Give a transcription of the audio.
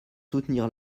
soutenir